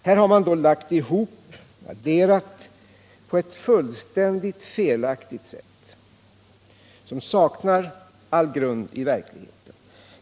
Här har man då adderat på ett fullständigt felaktigt sätt, som i verkligheten saknar all grund.